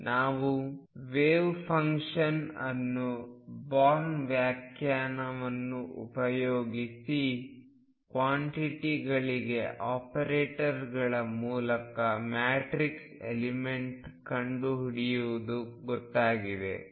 ನಾವು wave function ಅನ್ನು Born ವ್ಯಾಖ್ಯಾನವನ್ನು ಉಪಯೋಗಿಸಿ ಕ್ವಾಂಟಿಟಿಗಳಿಗೆ ಆಪರೇಟರ್ ಮೂಲಕ ಮ್ಯಾಟ್ರಿಕ್ಸ್ ಎಲಿಮೆಂಟ್ ಕಂಡುಹಿಡಿಯುವುದು ಗೊತ್ತಾಗಿದೆ